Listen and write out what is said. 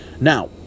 Now